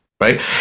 Right